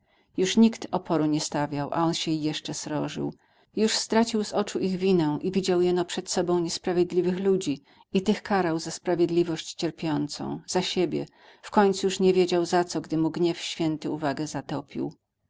już nikt oporu nie stawiał a on się jeszcze srożył już stracił z oczu ich winę i widział jeno przed sobą niesprawiedliwych ludzi i tych karał za sprawiedliwość cierpiącą za siebie wkońcu już nie wiedział za co gdy mu gniew święty uwagę zatopił